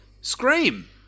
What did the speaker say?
Scream